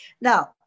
Now